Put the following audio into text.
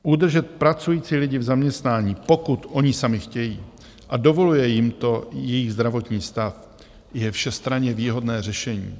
Udržet pracující lidi v zaměstnání, pokud oni sami chtějí a dovoluje jim to jejich zdravotní stav, je všestranně výhodné řešení.